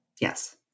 Yes